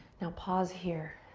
now pause here.